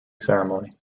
ceremony